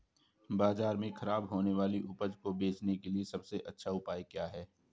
बाजार में खराब होने वाली उपज को बेचने के लिए सबसे अच्छा उपाय क्या है?